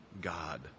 God